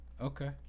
Okay